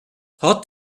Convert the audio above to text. hat